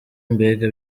mbega